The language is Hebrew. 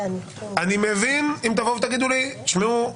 אני מבין אם תבואו ותגידו לי: תשמעו,